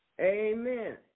Amen